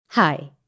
Hi